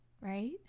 right